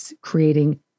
creating